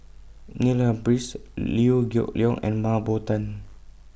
Neil Humphreys Liew Geok Leong and Mah Bow Tan